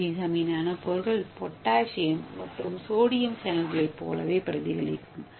ஏ origami நானோபோர்கள் potassium மற்றும் sodium சேனல்களைப் போலவே பிரதிபலிக்கும்